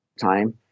time